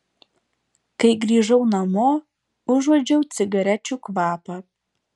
kai grįžau namo užuodžiau cigarečių kvapą